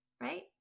right